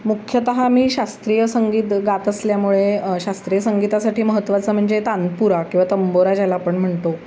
मुख्यतः मी शास्त्रीय संगीत गात असल्यामुळे शास्त्रीय संगीतासाठी महत्त्वाचं म्हणजे तानपुरा किंवा तंबोरा ज्याला आपण म्हणतो